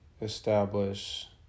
establish